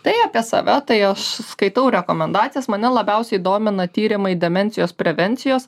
tai apie save tai aš skaitau rekomendacijas mane labiausiai domina tyrimai demencijos prevencijos